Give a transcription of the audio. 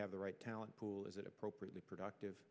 have the right talent pool is it appropriately productive